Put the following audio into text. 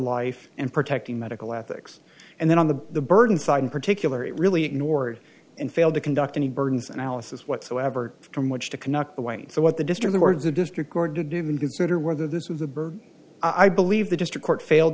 life and protecting medical ethics and then on the the burden side in particular it really in order and failed to conduct any burdens analysis whatsoever from which to conduct the way so what the district words a district court to do and consider whether this was the birth i believe the district court failed